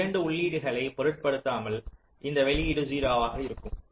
மற்ற இரண்டு உள்ளீடுகளை பொருட்படுத்தாமல் அந்த வெளியீடு 0 ஆக இருக்கும்